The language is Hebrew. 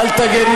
אל תגני